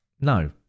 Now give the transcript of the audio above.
no